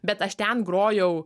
bet aš ten grojau